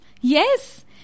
Yes